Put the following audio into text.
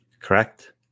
Correct